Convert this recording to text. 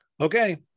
Okay